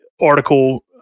article